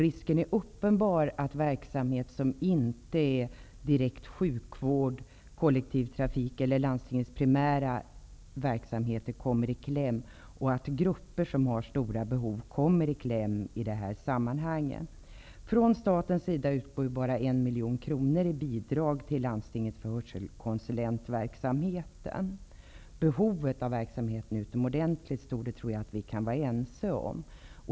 Risken är uppenbar att verksamhet som inte är direkt sjukvård, kollektivtrafik eller någon annan av landstingets primära verksamheter kommer i kläm. Grupper som har stora behov kommer i kläm i de här sammanhangen. Från staten utgår bara en miljon kronor i bidrag till landstingen för hörselkonsulentverksamheten. Behovet av verksamheten är utomordentligt stort. Det tror jag att vi kan vara ense om.